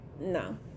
No